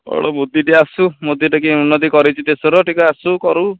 କ'ଣ ମୋଦୀଟା ଆସୁ ମୋଦୀଟା କି ଉନ୍ନତି କରେଇଛି ଦେଶର ଟିକେ ଆସୁ କରୁ